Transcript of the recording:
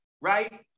right